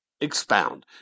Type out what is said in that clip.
Expound